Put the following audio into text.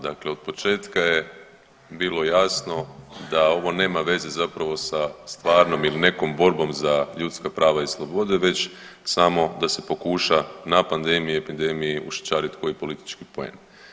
Dakle, od početka je bilo jasno da ovo nema veze zapravo sa stvarnom ili nekom borbom za ljudska prava i slobode, već samo da se pokuša na pandemiji i epidemiji ušićariti koji politički poen.